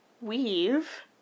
weave